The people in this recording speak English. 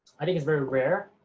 i think it's very rare,